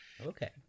Okay